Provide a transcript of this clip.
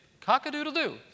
cock-a-doodle-doo